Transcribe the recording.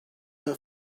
her